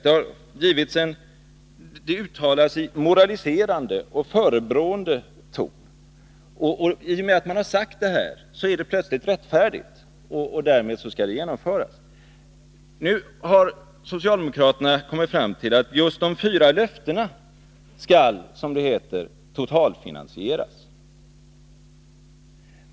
Det uttalas i en moraliserande och förebrående ton. I och med att man har sagt detta ord, är åtgärden plötsligt rättfärdig och skall därmed genomföras. Nu har socialdemokraterna kommit fram till att just de fyra löftena skall, som det heter, totalfinansieras.